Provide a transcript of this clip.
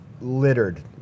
littered